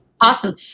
Awesome